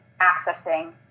accessing